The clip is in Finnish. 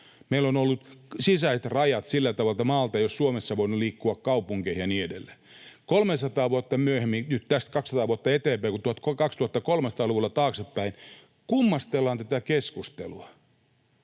meillä on ollut sisäiset rajat sillä tavalla, että maalta ei ole Suomessa voinut liikkua kaupunkeihin ja niin edelleen. 300 vuotta myöhemmin — nyt tästä 200 vuotta eteenpäin, kun 2300-luvulla katsotaan taaksepäin, kummastellaan tätä keskustelua: